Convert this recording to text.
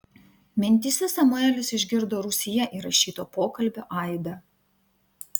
mintyse samuelis išgirdo rūsyje įrašyto pokalbio aidą